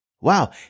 Wow